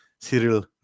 Cyril